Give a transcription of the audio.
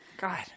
god